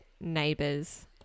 neighbors